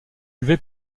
élevé